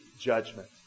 judgment